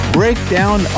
breakdown